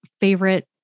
favorite